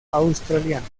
australiana